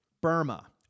Burma